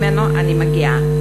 שממנו אני מגיעה.